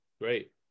Great